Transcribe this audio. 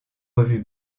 revues